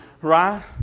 Right